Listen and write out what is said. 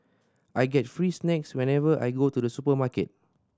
I get free snacks whenever I go to the supermarket